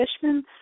Fishman